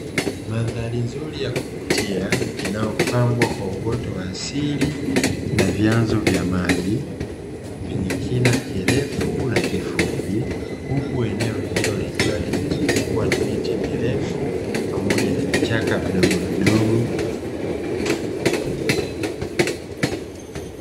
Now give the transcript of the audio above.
Mandhari nzuri ya kuvutia inayopambwa kwa uoto wa asili na vyanzo vya maji vyenye kina kirefu na kifupi, huku eneo hilo likiwa limezungukwa na miti mirefu pamoja na vichaka vidogovidogo.